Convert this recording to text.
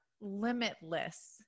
limitless